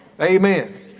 Amen